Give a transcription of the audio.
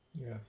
Yes